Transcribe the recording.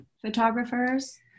photographers